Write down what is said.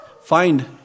Find